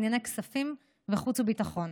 לענייני כספים וחוץ וביטחון.